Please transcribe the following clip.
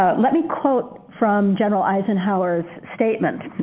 ah let me quote from general eisenhower's statement.